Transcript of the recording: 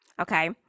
okay